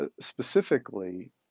specifically